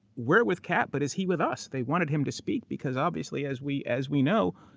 we're with kap, but is he with us? they wanted him to speak. because obviously as we as we know,